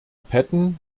patten